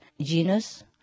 genus